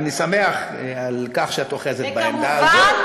אני שמח על כך שאת אוחזת בעמדה הזאת.